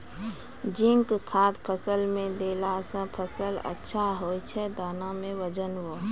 zinc खाद फ़सल मे देला से फ़सल अच्छा होय छै दाना मे वजन ब